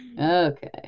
okay